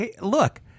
Look